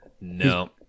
No